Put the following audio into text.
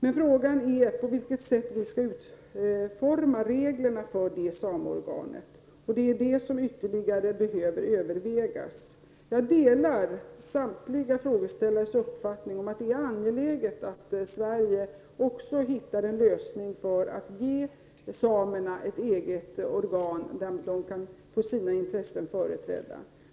Men frågan är på vilket sätt vi skall utforma reglerna för det sameorganet. Det är det som ytterligare behöver övervägas. Jag delar samtliga debattörers uppfattning om att det är angeläget att Sverige också hittar en lösning för att ge samerna ett eget organ där de kan få sina intressen företrädda.